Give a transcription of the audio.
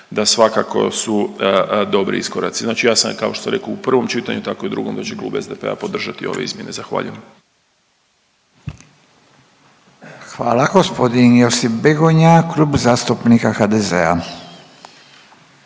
da svakako su dobri iskoraci. Znači ja sam kao što sam rekao u prvom čitanju, tako i drugom da će Klub SDP-a podržati ove izmjene. Zahvaljujem. **Radin, Furio (Nezavisni)** Hvala. Gospodin Josip Begonja Klub zastupnika HDZ-a.